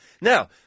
now